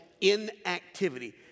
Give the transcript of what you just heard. inactivity